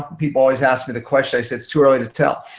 people always ask me the question. i say it's too early to tell.